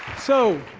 so,